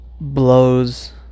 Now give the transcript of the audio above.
blows